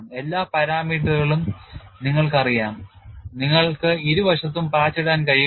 എല്ലാ പാരാമീറ്ററുകളും നിങ്ങൾക്ക് അറിയാം നിങ്ങൾക്ക് ഇരുവശത്തും പാച്ച് ഇടാൻ കഴിയുമോ